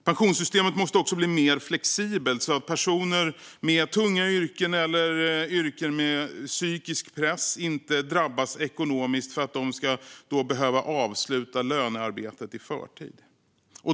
Pensionssystemet måste också bli mer flexibelt, så att personer med tunga yrken eller yrken med psykisk press inte drabbas ekonomiskt för att de behöver avsluta lönearbetet i förtid.